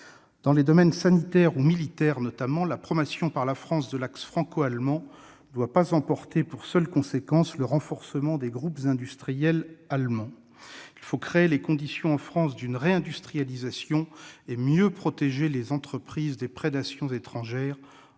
Dans les domaines sanitaire ou militaire, notamment, l'approbation par la France de l'axe franco-allemand ne doit pas emporter pour seule conséquence le renforcement des groupes industriels allemands. Il faut créer les conditions en France d'une réindustrialisation et mieux protéger les entreprises des prédations étrangères,